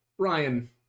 Ryan